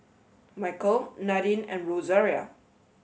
Michaele Nadine and Rosaria